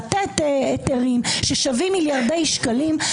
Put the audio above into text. לתת היתרים ששווים מיליארדי שקלים,